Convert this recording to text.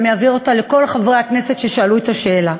אעביר אותה לכל חברי הכנסת ששאלו את השאלה,